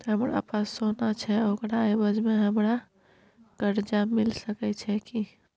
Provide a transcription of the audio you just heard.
हमरा पास सोना छै ओकरा एवज में हमरा कर्जा मिल सके छै की?